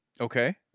Okay